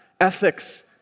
Ethics